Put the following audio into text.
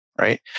right